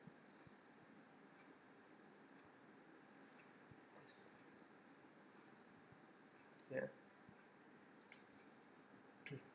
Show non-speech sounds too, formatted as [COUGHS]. ya [COUGHS]